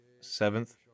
seventh